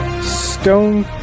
Stone